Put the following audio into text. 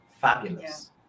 Fabulous